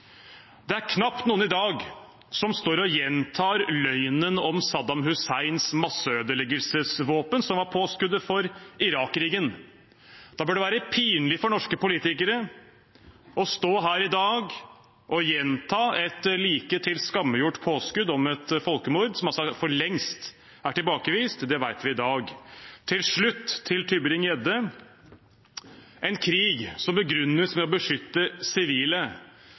Det er knapt noen i dag som står og gjentar løgnen om Saddam Husseins masseødeleggelsesvåpen, som var påskuddet for Irak-krigen. Da bør det være pinlig for norske politikere å stå her i dag og gjenta et like tilskammegjort påskudd om et folkemord, et påskudd som for lengst er tilbakevist. Det vet vi i dag. Til slutt til Tybring-Gjedde: Med en krig som begrunnes med å beskytte sivile,